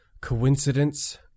coincidence